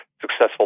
successful